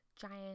giant